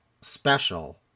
special